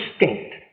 distinct